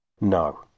No